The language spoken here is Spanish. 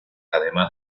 además